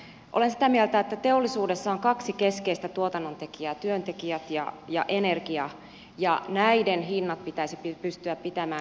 olen sitä mieltä että teollisuudessa on kaksi keskeistä tuotannontekijää työntekijät ja energia ja näiden hinnat pitäisi pystyä pitämään kilpailukykyisinä